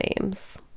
names